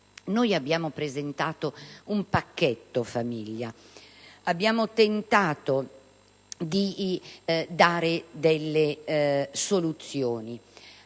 Abbiamo presentato un pacchetto famiglia, abbiamo tentato di dare delle soluzioni.